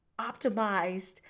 optimized